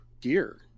gear